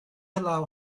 allow